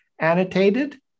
annotated